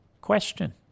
Question